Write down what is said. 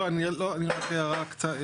לא עיקרי ולא שירות.